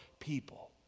people